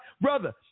brother